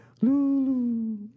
Lulu